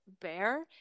bear